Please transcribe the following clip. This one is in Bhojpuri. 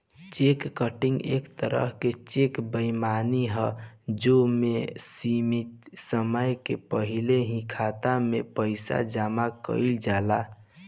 चेक कटिंग एक तरह के चेक बेईमानी ह जे में सीमित समय के पहिल ही खाता में पइसा जामा कइल जाला